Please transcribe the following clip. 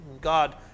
God